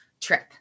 trip